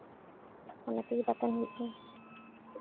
ᱚᱱᱟᱛᱮᱜᱮ ᱵᱟᱛᱟᱱ ᱦᱩᱭᱩᱜ ᱠᱟᱱᱟ